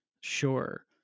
Sure